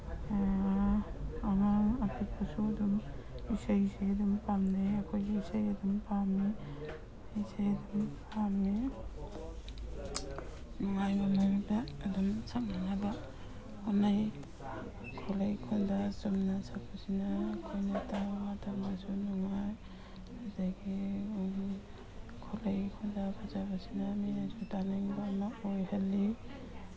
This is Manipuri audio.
ꯑꯉꯥꯡ ꯑꯄꯤꯛꯄꯁꯨ ꯑꯗꯨꯝ ꯏꯁꯩꯁꯤ ꯑꯗꯨꯝ ꯄꯥꯝꯅꯩ ꯑꯩꯈꯣꯏꯗꯤ ꯏꯁꯩ ꯑꯗꯨꯝ ꯄꯥꯝꯃꯤ ꯏꯁꯩ ꯑꯗꯨꯝ ꯄꯥꯝꯃꯤ ꯅꯨꯡꯉꯥꯏꯕ ꯃꯑꯣꯡꯗ ꯑꯗꯨꯝ ꯁꯛꯅꯅꯕ ꯍꯣꯠꯅꯩ ꯈꯣꯂꯩ ꯈꯣꯟꯗꯥ ꯆꯨꯝꯅ ꯁꯛꯄꯁꯤꯅ ꯑꯩꯈꯣꯏꯅ ꯇꯥꯕ ꯃꯇꯝꯗꯁꯨ ꯅꯨꯡꯉꯥꯏ ꯑꯗꯒꯤ ꯈꯣꯂꯩ ꯈꯣꯟꯗꯥ ꯐꯖꯕꯁꯤꯅ ꯃꯤꯅ ꯁꯨꯝ ꯇꯥꯅꯤꯡꯕ ꯑꯃ ꯑꯣꯏꯍꯜꯂꯤ